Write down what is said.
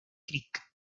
creek